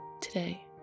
Today